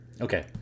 Okay